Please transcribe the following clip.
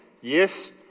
Yes